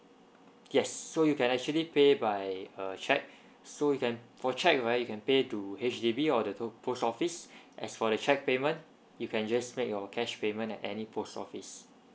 yes so you can actually pay by uh cheque so you can for cheque right you can pay to H_D_B or the to~ post office as for the cheque payment you can just make your cash payment at any post office